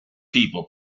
tipo